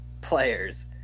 players